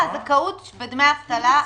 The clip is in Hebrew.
א"ג: